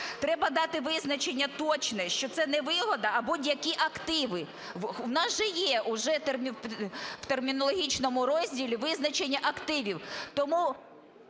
Треба дати визначення точне, що це не вигода, а будь-які активи. У нас же є уже в термінологічному розділі визначення активів.